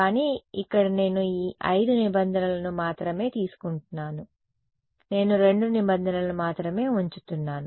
కానీ ఇక్కడ నేను ఈ 5 నిబంధనలను మాత్రమే తీసుకుంటున్నాను నేను 2 నిబంధనలను మాత్రమే ఉంచుతున్నాను